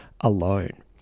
alone